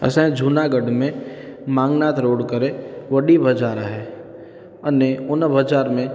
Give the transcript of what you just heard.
असांजे जूनागढ़ में मांगनाथ रोड करे वॾी बाज़ारि आहे अने हुन बाज़ारि में